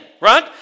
right